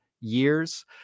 years